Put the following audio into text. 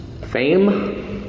fame